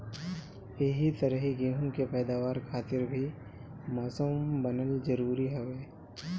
एही तरही गेंहू के पैदावार खातिर भी मौसम बनल जरुरी हवे